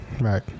Right